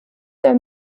der